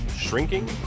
Shrinking